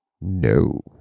No